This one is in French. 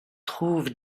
trouve